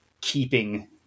keeping